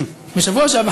בשבוע שעבר